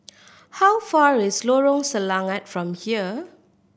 how far is Lorong Selangat from here